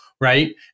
Right